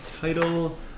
title